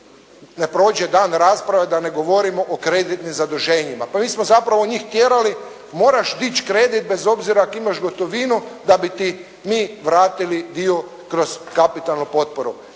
ne prođe dan rasprave da ne govorimo o kreditnim zaduženjima. Pa mi smo zapravo njih tjerali, moraš dići kredit bez obzira ako imaš gotovinu da bi ti mi vratili do kroz kapitalnu potporu.